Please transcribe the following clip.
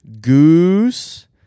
Goose